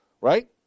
right